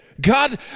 God